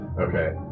Okay